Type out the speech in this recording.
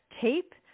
tape